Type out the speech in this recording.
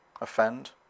offend